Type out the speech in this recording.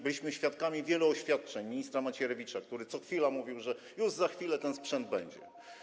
Byliśmy świadkami wielu oświadczeń ministra Macierewicza, który co chwila mówił, że już za chwilę ten sprzęt będzie.